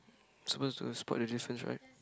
supposed to spot the difference right